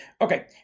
Okay